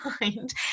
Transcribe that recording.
mind